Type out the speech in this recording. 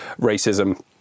racism